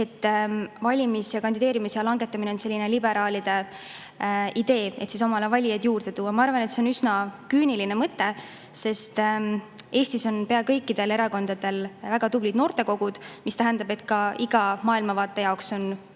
et valimis- ja kandideerimisea langetamine on liberaalide idee, et omale valijaid juurde tuua. Ma arvan, et see on üsna küüniline mõte, sest Eestis on pea kõikidel erakondadel väga tublid noortekogud, mis tähendab, et ka iga maailmavaate jaoks on sellised